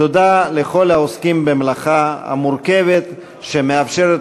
תודה לכל העוסקים במלאכה המורכבת שמאפשרת